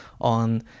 on